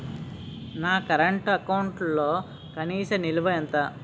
నా కరెంట్ అకౌంట్లో కనీస నిల్వ ఎంత?